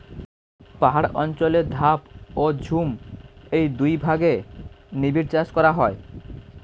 পাহাড় অঞ্চলে ধাপ ও ঝুম এই দুই ভাগে নিবিড় চাষ করা হয়